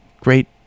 great